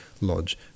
Lodge